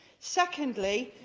secondly,